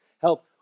Help